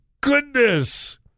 goodness